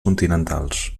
continentals